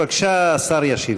בבקשה, השר ישיב.